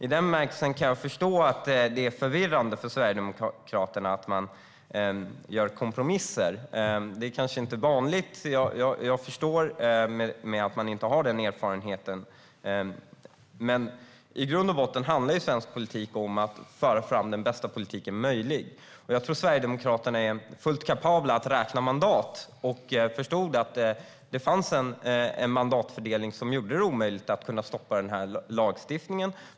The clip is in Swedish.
Jag kan förstå att det är förvirrande för Sverigedemokraterna att man gör kompromisser. Det är kanske inte vanligt hos dem, och jag förstår därför att man inte har den erfarenheten. Men i grund och botten handlar svensk politik om att föra fram den bästa möjliga politiken. Jag tror att Sverigedemokraterna är fullt kapabla att räkna mandat och att de förstod att det fanns en mandatfördelning som gjorde det omöjligt att stoppa den här lagstiftningen.